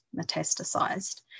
metastasized